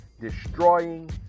destroying